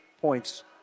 points